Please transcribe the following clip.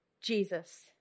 Jesus